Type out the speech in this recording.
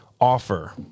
offer